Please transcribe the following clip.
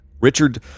Richard